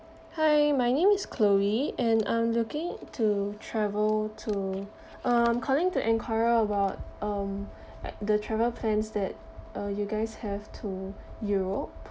hi my name is chloe and I'm looking to travel to uh I'm calling to enquire about um the travel plans that uh you guys have to europe